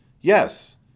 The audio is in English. yes